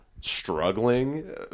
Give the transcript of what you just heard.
struggling